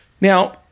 Now